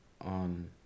on